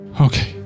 Okay